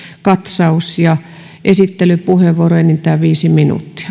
katsaus esittelypuheenvuoro enintään viisi minuuttia